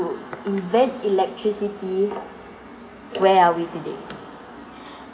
invent electricity where are we today